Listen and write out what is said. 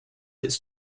its